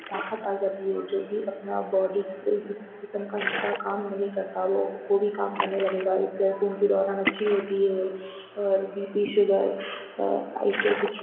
طاقت آ جاتی ہے جو بھی اپنا باڈی جس جسم کا حصہ کام نہیں کرتا وہ بھی کام کرنے لگے گا اس سے خون کی دوران اچھی ہوتی ہے اور بی پی شوگر ایسے کچھ